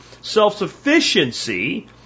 self-sufficiency